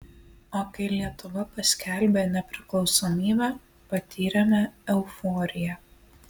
o kai lietuva paskelbė nepriklausomybę patyrėme euforiją